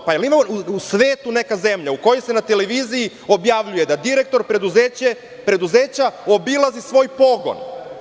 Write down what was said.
Ima li u svetu neka zemlja u kojoj se na televiziji objavljuje da direktor preduzeća obilazi svoj pogon?